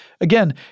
Again